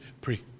Pray